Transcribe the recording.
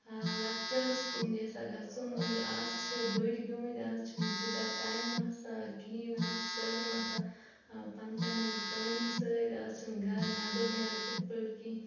اِنسان چھُ لۄکچارس کُن یژھان گژُھن مگر آز چِھ بٔڑۍ گٔمٕتۍ آز چھُ نہ تیوٗتاہ ٹایم آسان کِہینۍ نہٕ آز چِھ سألِم آسان پن پننٮ۪ن کامٮ۪ن سۭتۍ آز چِھنہٕ گرٕ نٮ۪بر نیران تِتھ پٲٹھۍ کینٛہہ